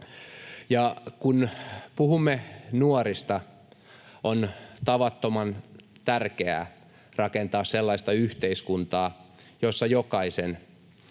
kun puhumme nuorista, on tavattoman tärkeää rakentaa sellaista yhteiskuntaa, jossa jokaisen